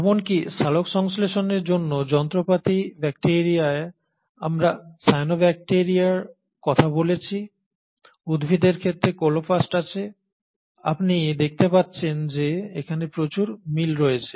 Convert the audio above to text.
এমনকি সালোকসংশ্লেষণের জন্য যন্ত্রপাতি ব্যাকটিরিয়ায় আমরা সায়ানোব্যাকটিরিয়ার কথা বলেছি উদ্ভিদের ক্ষেত্রে ক্লোরোপ্লাস্ট আছে আপনি দেখতে পাচ্ছেন যে এখানে প্রচুর মিল রয়েছে